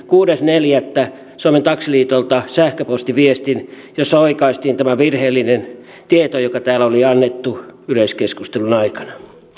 kuudes neljättä suomen taksiliitolta sähköpostiviestin jossa oikaistiin tämä virheellinen tieto joka täällä oli annettu yleiskeskustelun aikana